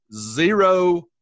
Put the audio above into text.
zero –